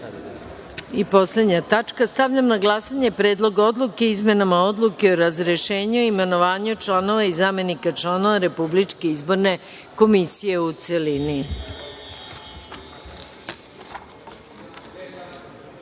Poslednja tačka. Stavljam na glasanje Predlog zakona o izmenama Odluke o razrešenju i imenovanju članova i zamenika članova Republičke izborne komisije, u